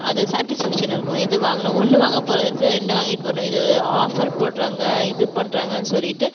அது சாட்டிஸ்ஃபேக்ஷன் இருக்கும் எது வாங்கணும் ஒன்று வாங்கப் போகிற இடத்துல ரெண்டு வாங்கிட்டு வரணும் இது ஆஃபர் போடுறாங்க இது பண்ணுறாங்கன்ணு சொல்லிவிட்டு